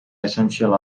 essential